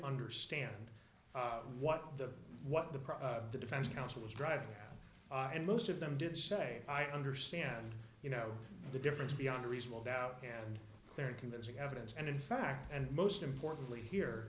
understand what the what the pros the defense counsel was driving and most of them did say i understand you know the difference beyond a reasonable doubt and they're convincing evidence and in fact and most importantly here